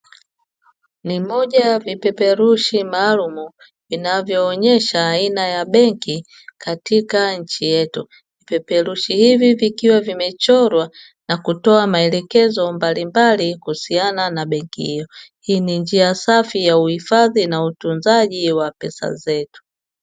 Ni moja ya vipeperushi maalumu vinavyoonyesha aina ya benki katika nchi yetu. Vipeperushi hivi vikiwa vimechorwa na kutoa maelekezo mbalimbali kuhusiana na benki hiyo. Hii ni njia safi ya uhifadhi na utunzaji wa pesa zetu.